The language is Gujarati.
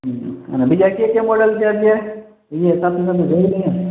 હં અને બીજાં કયા કયા મોડેલ છે અત્યારે એય સાથે સાથે જોઈ લઇએ ને